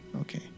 Okay